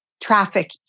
traffic